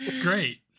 Great